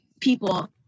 people